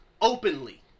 openly